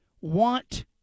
want